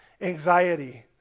anxiety